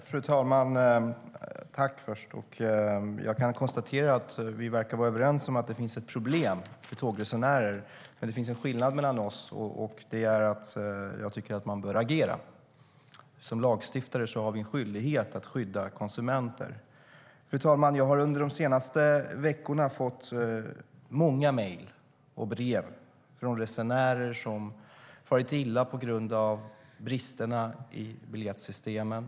Fru talman! Jag tackar för svaret. Jag kan konstatera att vi verkar vara överens om att det finns ett problem för tågresenärer. Men det finns en skillnad mellan oss, och det är att jag tycker att man bör agera. Som lagstiftare har vi en skyldighet att skydda konsumenter. Fru talman! Jag har under de senaste veckorna fått många mejl och brev från resenärer som har farit illa på grund av bristerna i biljettsystemen.